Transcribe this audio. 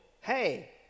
Hey